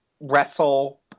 wrestle